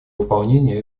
выполнения